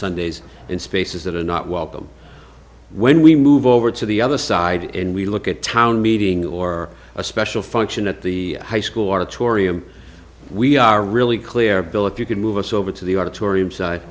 sunday as in spaces that are not welcome when we move over to the other side and we look at a town meeting or a special function at the high school auditorium we are really clear bill if you can move us over to the auditorium side